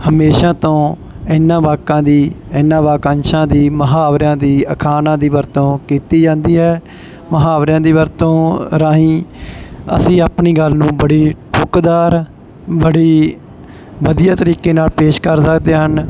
ਹਮੇਸ਼ਾ ਤੋਂ ਇਹਨਾਂ ਵਾਕਾਂ ਦੀ ਇਹਨਾਂ ਵਾਕਾਂਸ਼ਾਂ ਦੀ ਮੁਹਾਵਰਿਆਂ ਦੀ ਅਖਾਣਾਂ ਦੀ ਵਰਤੋਂ ਕੀਤੀ ਜਾਂਦੀ ਹੈ ਮੁਹਾਵਰਿਆਂ ਦੀ ਵਰਤੋਂ ਰਾਹੀਂ ਅਸੀਂ ਆਪਣੀ ਗੱਲ ਨੂੰ ਬੜੀ ਠੁਕਦਾਰ ਬੜੀ ਵਧੀਆ ਤਰੀਕੇ ਨਾਲ ਪੇਸ਼ ਕਰ ਸਕਦੇ ਹਨ